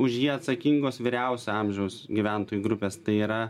už jį atsakingos vyriausio amžiaus gyventojų grupės tai yra